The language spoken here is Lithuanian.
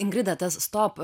ingrida tas stop